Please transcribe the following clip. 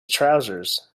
trousers